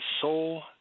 soul